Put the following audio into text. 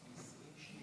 אדוני